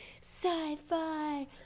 sci-fi